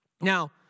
Now